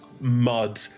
mud